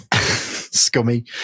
scummy